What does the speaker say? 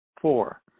Four